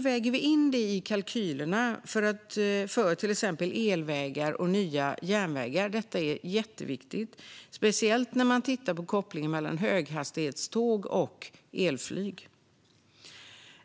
väger vi in detta i kalkylerna för till exempel elvägar och nya järnvägar? Detta är jätteviktigt, speciellt när man tittar på kopplingen mellan höghastighetståg och elflyg.